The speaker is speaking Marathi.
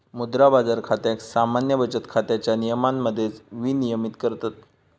मुद्रा बाजार खात्याक सामान्य बचत खात्याच्या नियमांमध्येच विनियमित करतत